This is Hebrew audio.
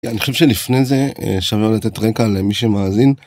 אני חושב שלפני זה שווה לתת רקע למי שמאזין.